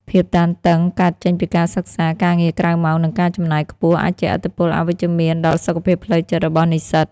ភាពតានតឹងកើតចេញពីការសិក្សា ការងារក្រៅម៉ោង និងការចំណាយខ្ពស់ អាចជះឥទ្ធិពលអវិជ្ជមានដល់សុខភាពផ្លូវចិត្តរបស់និស្សិត។